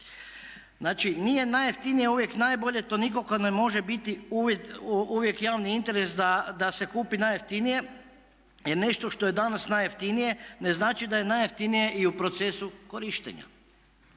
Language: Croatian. Znači nije najjeftinije uvijek najbolje, to nikako ne može biti uvijek javni interes da se kupi najjeftinije jer nešto što je danas najjeftinije, ne znači da je najjeftinije i u procesu korištenja.